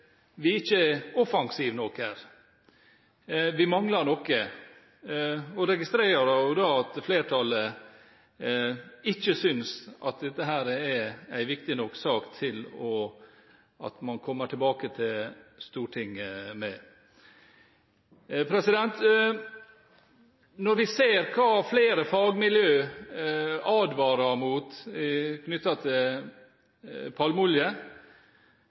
ikke vi er offensive nok. Vi mangler noe, og jeg registrer jo at flertallet ikke synes at dette er en viktig nok sak til at man kommer tilbake til Stortinget med den. Når vi ser hva flere fagmiljø advarer mot med hensyn til palmeolje,